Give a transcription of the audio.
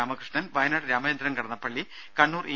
Ramakrishnan Wayanad Ramachandran Kadannappally Kannur E